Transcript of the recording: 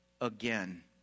again